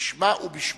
בשמה ובשמו.